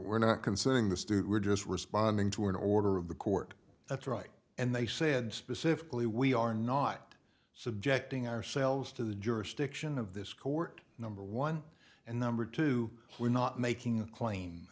we're not considering the student we're just responding to an order of the court that's right and they said specifically we are not subjecting ourselves to the jurisdiction of this court number one and number two we're not making a claim